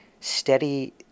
steady